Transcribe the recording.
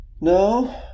No